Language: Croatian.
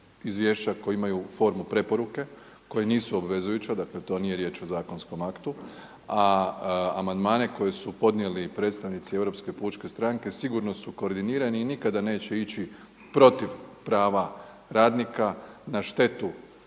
izvješća koji imaju formu preporuke koji nisu obvezujuća. Dakle, to nije riječ o zakonskom aktu a amandmane koje su podnijeli predstavnici Europske pučke stranke sigurno su koordinirani i nikada neće ići protiv prava radnika na štetu